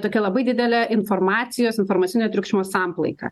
tokia labai didelė informacijos informacinio triukšmo samplaika